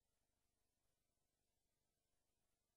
לא, את